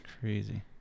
crazy